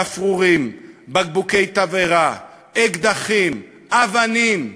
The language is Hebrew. גפרורים, בקבוקי תבערה, אקדחים, אבנים.